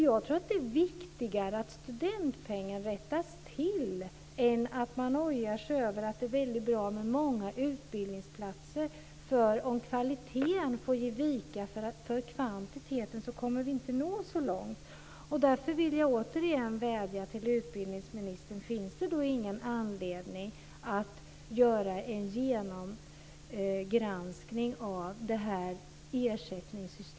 Jag tror att det är viktigare att studentpengen rättas till än att man ojar sig över att det är väldigt bra med många utbildningsplatser. Om kvaliteten får ge vika för kvantiteten kommer vi inte att nå så långt.